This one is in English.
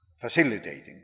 facilitating